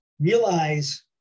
Realize